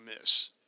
miss